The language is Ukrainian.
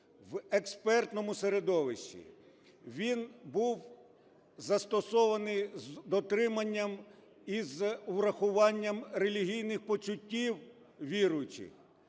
в експертному середовищі, він був застосований з дотримання і з врахуванням релігійних почуттів віруючих.